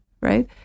right